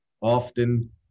often